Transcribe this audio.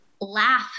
Laugh